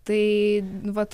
tai vat